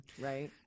Right